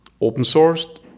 open-sourced